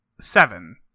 Seven